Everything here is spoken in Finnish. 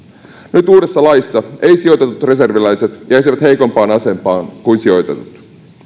nyt uudessa laissa ei sijoitetut reserviläiset jäisivät heikompaan asemaan kuin sijoitetut